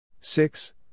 six